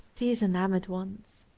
these enamored ones!